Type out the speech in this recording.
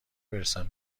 برسم